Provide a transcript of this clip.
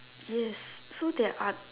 yes so there are